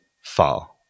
far